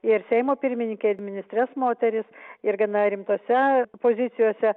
ir seimo pirmininkę ir ministres moteris ir gana rimtose pozicijose